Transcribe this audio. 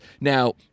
Now